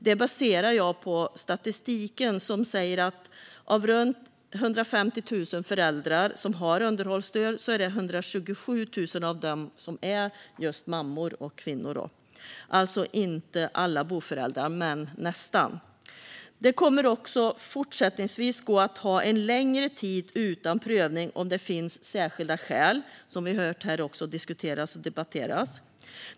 Det baserar jag på statistiken som visar att av runt 150 000 föräldrar som har underhållsstöd är 127 000 just mammor och kvinnor. Det är alltså inte alla boföräldrar, men nästan. Det kommer också fortsättningsvis att gå att ha en längre tid utan prövning om det finns särskilda skäl, vilket också har diskuterats och debatterats här.